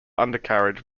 undercarriage